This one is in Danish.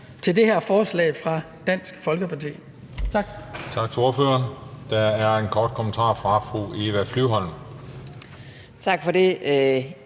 Med det her forslag gør Dansk Folkeparti